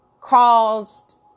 caused